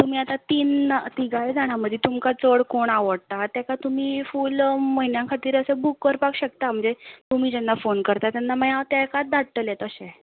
तुमी आतां तीन तिगाय जाणां मदीं तुमकां चड कोण आवडटा तेका तुमी फूल म्हयन्यां खातीर असो बूक करपाक शकता म्हणजे तुमी जेन्ना फोन करतात मागीर हांव तेकाच धाडटलें तशें